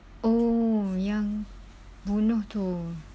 oh yang bunuh tu